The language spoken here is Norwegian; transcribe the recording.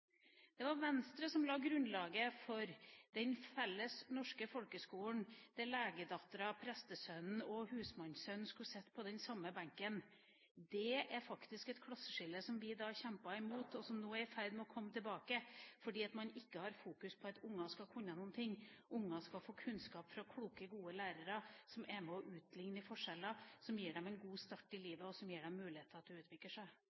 Det var Venstre som la grunnlaget for den felles norske folkeskolen der legedatteren, prestesønnen og husmannssønnen skulle sitte på den samme benken. Det klasseskillet vi da kjempet imot, er nå i ferd med å komme tilbake, fordi man ikke fokuserer på at unger skal kunne noen ting. Unger skal få kunnskap fra kloke, gode lærere som er med på å utligne forskjeller, som gir dem en god start i livet, og som gir dem muligheter til å utvikle seg.